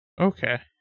Okay